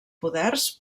poders